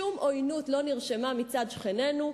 שום עוינות לא נרשמה מצד שכנינו,